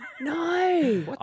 No